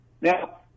Now